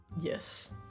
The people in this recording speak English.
Yes